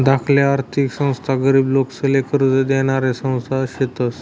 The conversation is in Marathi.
धाकल्या आर्थिक संस्था गरीब लोकेसले कर्ज देनाऱ्या संस्था शेतस